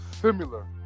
similar